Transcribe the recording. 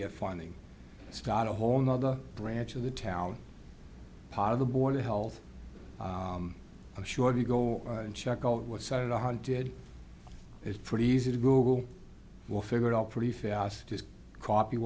get funding it's got a whole nother branch of the tower part of the board of health i'm sure you go and check out what side i hunted it's pretty easy to google will figure it out pretty fast just copy